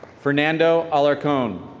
fernando alarcon.